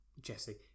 Jesse